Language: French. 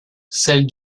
celle